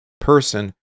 person